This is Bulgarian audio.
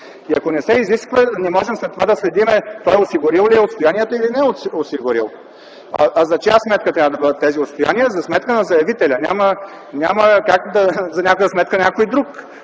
Ако не се изисква, не можем след това да следим осигурил ли е отстоянията или не, а за чия сметка трябва да бъдат тези отстояния? За сметка на заявителя, няма как да е за сметка на някой друг.